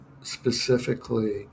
specifically